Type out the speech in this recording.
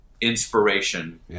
inspiration